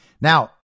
Now